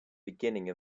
beginning